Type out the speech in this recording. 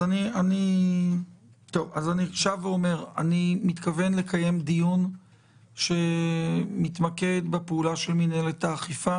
אני שב ואומר: אני מתכוון לקיים דיון שמתמקד בפעולה של מינהלת האכיפה